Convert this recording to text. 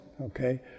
Okay